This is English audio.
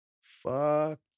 Fuck